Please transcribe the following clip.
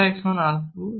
আমরা এখানে আসব